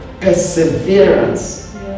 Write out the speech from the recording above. Perseverance